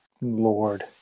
Lord